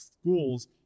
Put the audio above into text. schools